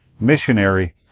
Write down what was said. missionary